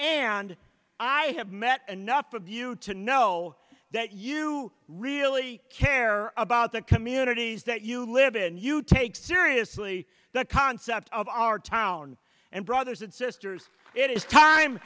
and i have met enough of you to know that you really care about the communities that you live in you take seriously the concept of our town and brothers and sisters it is time